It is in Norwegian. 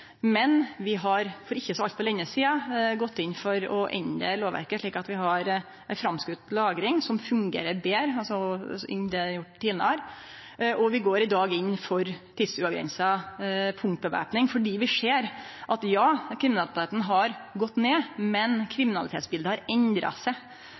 Vi har for ikkje så altfor lenge sidan gått inn for å endre lovverket slik at vi har framskoten lagring, som fungerer betre enn det har gjort tidlegare, og vi går i dag inn for tidsuavgrensa punktvæpning, fordi vi ser at kriminaliteten har gått ned, men at kriminalitetsbiletet har endra seg.